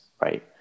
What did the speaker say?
Right